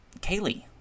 Kaylee